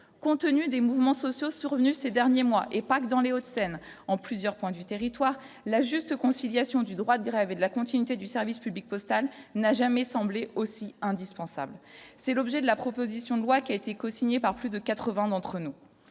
compte tenu des mouvements sociaux survenus ces derniers mois et pas que dans les Hauts-de-Seine en plusieurs points du territoire, la juste conciliation du droit de grève et de la continuité du service public postal n'a jamais semblé aussi indispensable, c'est l'objet de la proposition de loi qui a été cosigné par plus de 80 d'entre nous,